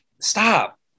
stop